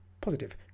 Positive